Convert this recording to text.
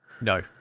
no